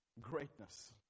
greatness